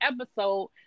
episode